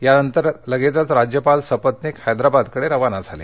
यानंतर लगेचच राज्यपाल सपत्नीक हैद्राबादकडे रवाना झाले